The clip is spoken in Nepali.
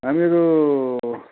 हामीहरू